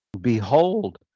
Behold